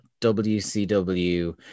WCW